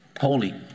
holy